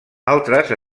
altres